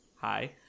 Hi